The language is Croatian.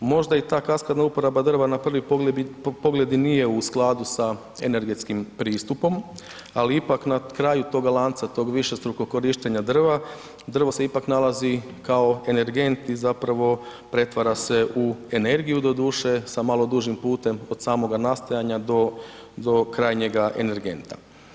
Možda i ta kaskadna uporaba drva na prvi pogled i nije u skladu sa energetskim pristupom, ali ipak na kraju toga lanca, tog višestrukog korištenja drva, drvo se ipak nalazi kao energent i zapravo pretvara se u energiju, doduše sa malo dužim putem od samoga nastojanja do, do krajnjega energenta.